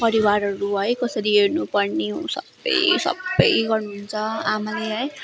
परिवारहरू है कसरी हेर्नुपर्ने हो सबै सबै गर्नुहुन्छ आमाले है